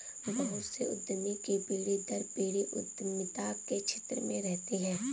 बहुत से उद्यमी की पीढ़ी दर पीढ़ी उद्यमिता के क्षेत्र में रहती है